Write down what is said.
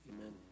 Amen